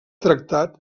tractat